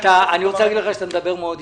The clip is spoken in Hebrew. אתה מדבר מאוד יפה.